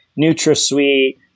NutraSweet